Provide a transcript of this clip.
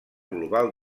global